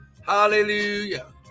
Hallelujah